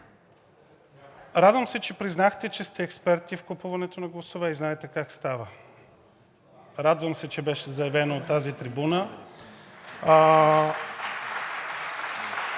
радвам се, че признахте, че сте експерти в купуването на гласове и знаете как става. Радвам се, че беше заявено от тази трибуна.